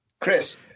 Chris